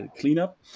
cleanup